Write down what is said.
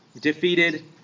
defeated